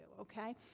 okay